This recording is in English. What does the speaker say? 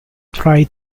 try